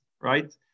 right